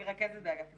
רכזת באגף תקציבים.